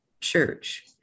church